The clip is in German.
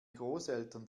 großeltern